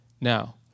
Now